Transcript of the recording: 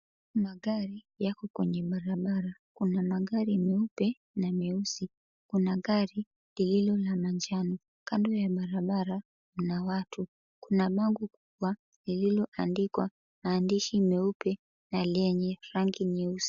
Magari yako kwenye barabara, kuna magari meupe na meusi. Kuna gari lililo la manjano, kando ya barabara kuna watu. kuna bango kubwa lililoandikwa maandishi meupe na lenye rangi nyeusi.